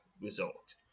result